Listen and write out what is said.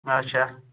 اَچھا